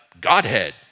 Godhead